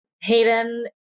Hayden